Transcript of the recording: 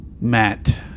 Matt